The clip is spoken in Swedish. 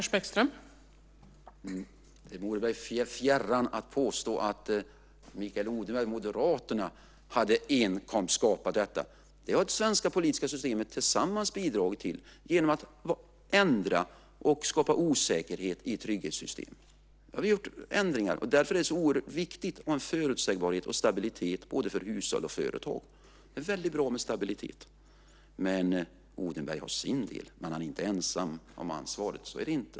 Fru talman! Det vore mig fjärran att påstå att det enbart är Mikael Odenberg och Moderaterna som har skapat detta. Det har det svenska politiska systemet tillsammans bidragit till genom att ändra och skapa osäkerhet i trygghetssystemen. Där har vi gjort ändringar. Därför är det så viktigt att ha en förutsägbarhet och stabilitet både för hushåll och för företag. Odenberg har sin del, men han är inte ensam om ansvaret.